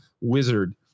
wizard